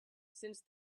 since